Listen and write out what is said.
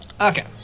Okay